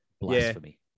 blasphemy